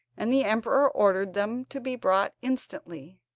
and the emperor ordered them to be brought instantly.